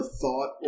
thought